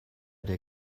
der